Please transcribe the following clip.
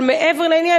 אבל מעבר לעניין,